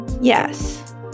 Yes